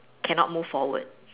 cannot move forward